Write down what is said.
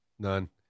none